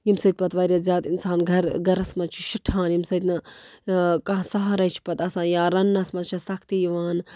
ییٚمۍ سۭتۍ پَتہٕ واریاہ زیادٕ اِنسان گَرٕ گَرَس منٛز چھُ شِٹھان ییٚمہِ سۭتۍ نہٕ کانٛہہ سَہارَے چھِ پَتہٕ آسان یا رنٛنَس منٛز چھےٚ سختی یِوان